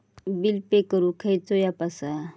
Bill pay करूक खैचो app असा?